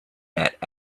that